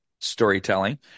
storytelling